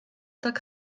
tak